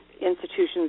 institutions